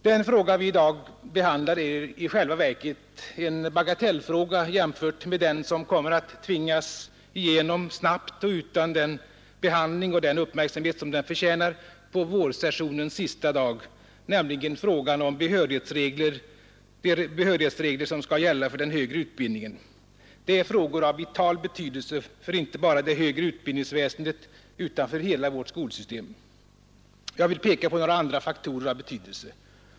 Den fråga vi i dag behandlar är i själva verket en bagatellfråga jämfört med den som på vårsessionens sista dag kommer att tvingas igenom snabbt och utan den behandling och uppmärksamhet som den förtjänar, nämligen frågan om de behörighetsregler som skall gälla för den högre utbildningen. Det är frågor av vital betydelse inte bara för det högre utbildningsväsendet utan för hela vårt skolsystem. Jag vill peka på några andra faktorer av betydelse.